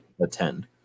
attend